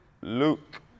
Luke